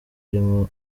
arimo